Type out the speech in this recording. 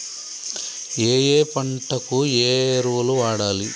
ఏయే పంటకు ఏ ఎరువులు వాడాలి?